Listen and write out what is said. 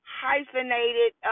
hyphenated